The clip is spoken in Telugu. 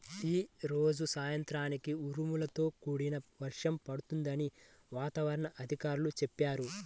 యీ రోజు సాయంత్రానికి ఉరుములతో కూడిన వర్షం పడుతుందని వాతావరణ అధికారులు చెప్పారు